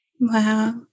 Wow